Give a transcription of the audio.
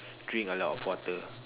drink a lot of water